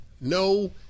no